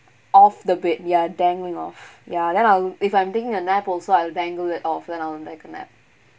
off the bed ya dangling off ya then I'll if I'm taking a nap also I'll dangle it off and then take a nap